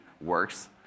works